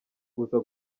uza